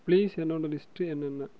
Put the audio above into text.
please என்னோட list என்னென்ன